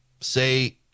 say